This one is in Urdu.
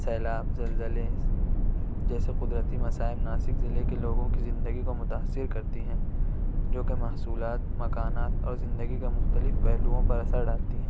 سیلاب زلزلے جیسے قدرتی مسائل ناسک ضلع کے لوگوں کی زندگی کو متأثر کرتی ہیں جوکہ محصولات مکانات اور زندگی کے مختلف پہلؤوں پر اثر ڈالتی ہیں